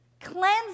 Cleanse